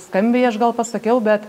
skambiai aš gal pasakiau bet